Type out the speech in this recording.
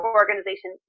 organization